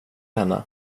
henne